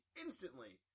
instantly